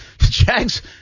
Jags